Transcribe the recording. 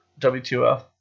WTF